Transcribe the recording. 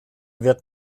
wird